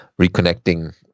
reconnecting